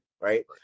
right